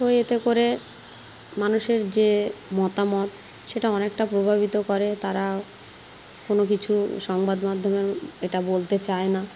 তো এতে করে মানুষের যে মতামত সেটা অনেকটা প্রভাবিত করে তারা কোনো কিছু সংবাদমাধ্যমের এটা বলতে চায় না